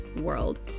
world